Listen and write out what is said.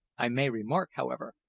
i may remark, however,